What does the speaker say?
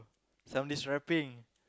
somebody's rapping